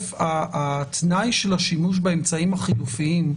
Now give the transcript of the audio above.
התנאי של השימוש באמצעים החילופיים,